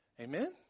Amen